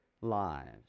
lives